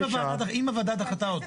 אם הוועדה דחתה אותו.